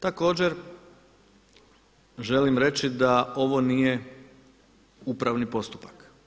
Također želim reći da ovo nije upravni postupak.